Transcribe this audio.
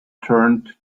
turned